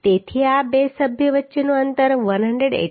તેથી આ બે સભ્યો વચ્ચેનું અંતર 184 હોવું જોઈએ